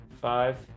five